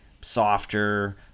softer